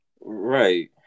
right